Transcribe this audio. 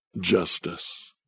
justice